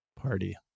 party